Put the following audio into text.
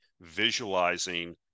visualizing